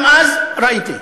גם אז ראיתי.